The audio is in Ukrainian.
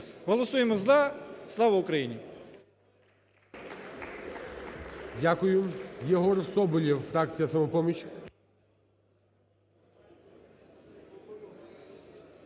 Голосуємо – за. Слава Україні!